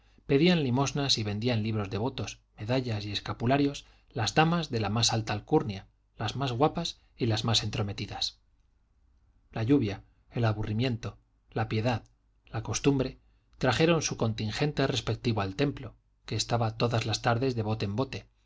pedían limosna y vendían libros devotos medallas y escapularios las damas de más alta alcurnia las más guapas y las más entrometidas la lluvia el aburrimiento la piedad la costumbre trajeron su contingente respectivo al templo que estaba todas las tardes de bote